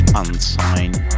unsigned